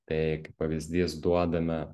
tai kaip pavyzdys duodame